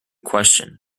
question